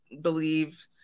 believe